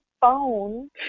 phone